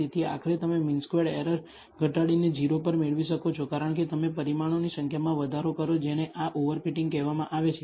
તેથી આખરે તમે મીન સ્ક્વેર્ડ એરર ઘટાડીને 0 પર મેળવી શકો છો કારણ કે તમે પરિમાણોની સંખ્યામાં વધારો કરો જેને આ ઓવર ફીટીંગ કહેવામાં આવે છે